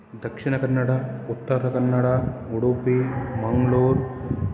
Dakshina Kannada Uttara Kannada Udupi Mangaluru